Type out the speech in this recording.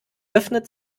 öffnet